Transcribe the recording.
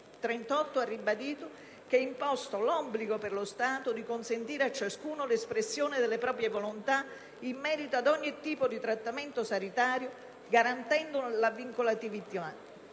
438, ha ribadito che è imposto l'obbligo per lo Stato di consentire a ciascuno l'espressione delle proprie volontà in merito ad ogni tipo di trattamento sanitario, garantendone la vincolatività,